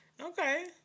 Okay